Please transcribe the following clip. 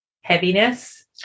heaviness